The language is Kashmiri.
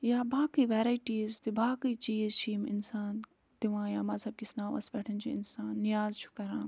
یا باقٕے وٮ۪رایٹیٖز تہِ باقٕے چیٖز چھِ یِم اِنسان دِوان یا مذہب کِس ناوَس پٮ۪ٹھ چھُ اِنسان نیاز چھُ کران